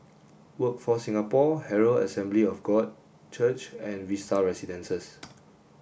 workforce Singapore Herald Assembly of God Church and Vista Residences